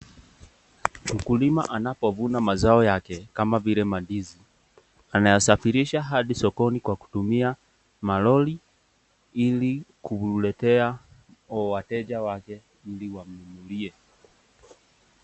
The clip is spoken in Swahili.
Mkulima anapovuna mazao yake kama vile mandizi anayasafirisha hadi sokoni kwa kutumia malori ili kuletea wateja wake ili wamnunulie.